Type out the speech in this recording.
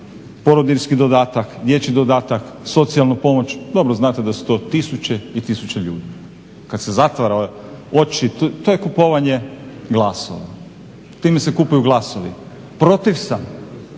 porodiljski dodatak, dječji dodatak, socijalnu pomoć. Dobro znate da su to tisuće i tisuće ljudi. Kad se zatvara oči to je kupovanje glasova. Time se kupuju glasovi. Protiv sam